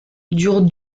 dure